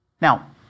Now